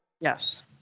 Yes